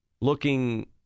looking